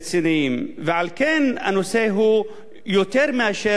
הנושא הוא יותר מאשר סימפטום,